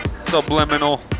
Subliminal